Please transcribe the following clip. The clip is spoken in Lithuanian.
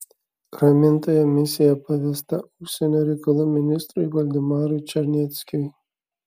ramintojo misija pavesta užsienio reikalų ministrui valdemarui čarneckiui